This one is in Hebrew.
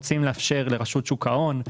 אבל אנחנו רוצים לאפשר לרשות שוק ההון,